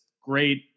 great